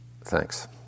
thanks